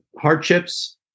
hardships